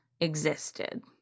existed